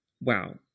Wow